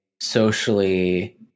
socially